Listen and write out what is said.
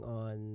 on